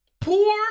poor